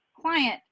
client